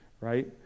right